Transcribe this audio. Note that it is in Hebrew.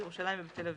בירושלים ובתל אביב".